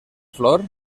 flor